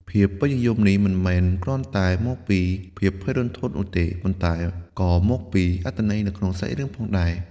ភាពពេញនិយមនេះមិនមែនគ្រាន់តែមកពីភាពភ័យរន្ធត់នោះទេ ប៉ុន្តែក៏មកពីអត្ថន័យនៅក្នុងសាច់រឿងផងដែរ។